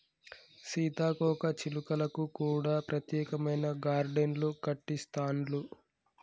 సీతాకోక చిలుకలకు కూడా ప్రత్యేకమైన గార్డెన్లు కట్టిస్తాండ్లు